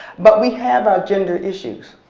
but we have our gender issues.